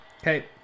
Okay